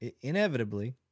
inevitably